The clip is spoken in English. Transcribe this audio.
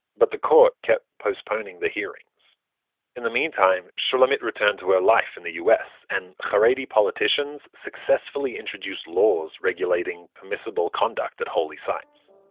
but the court kept postponing the hearings in the meantime, shulamit returned to her life in the us, and charedi politicians successfully introduced laws regulating permissible conduct at holy sites